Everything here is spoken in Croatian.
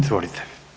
Izvolite.